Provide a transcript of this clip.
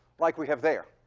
like we have there.